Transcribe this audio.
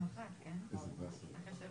יכול להיות בכנסת הזאת רוצים באמת לשנות